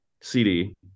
CD